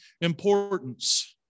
importance